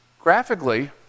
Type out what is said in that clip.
Graphically